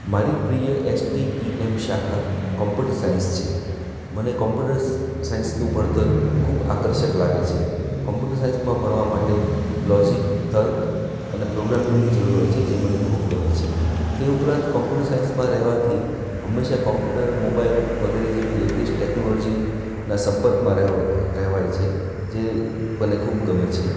મારી પ્રિય એસટીઈએમ શાખા કોંપ્યુટર સાયન્સ છે મને કોંપ્યુટર સાયન્સનું ભણતર ખૂબ આકર્ષક લાગે છે કોંપ્યુટર સાયન્સમાં ભણવા માટે લૉજિક તર્ક અને પ્રોગ્રામિંગની જરૂર હોય છે જે મને ખૂબ ગમે છે તે ઉપરાંત કોંપ્યુટર સાયન્સમાં રહેવાથી હંમેશા કોંપ્યુટર મોબાઈલ વગેરે જેવી લેટેસ્ટ ટેક્નોલોજી ના સંપર્કમાં રહેવા રહેવાય છે જે મને ખૂબ ગમે છે